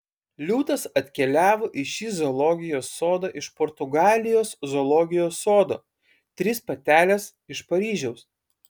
liūtas atkeliavo į šį zoologijos sodą iš portugalijos zoologijos sodo trys patelės iš paryžiaus